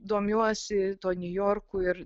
domiuosi tuo niujorku ir